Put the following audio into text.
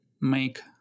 make